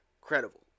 credible